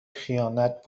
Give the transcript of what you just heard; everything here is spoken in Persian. خیانت